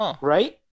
Right